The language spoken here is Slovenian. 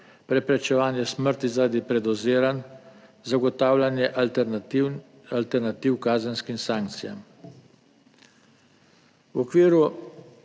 preprečevanje smrti zaradi predoziranj, zagotavljanje alternativ kazenskim sankcijam."